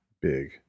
big